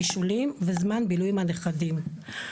בישולים וזמן בילוי עם הנכדים.